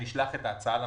כשנשלח את ההצעה לממשלה,